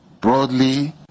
broadly